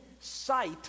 sight